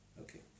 Okay